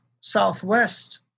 Southwest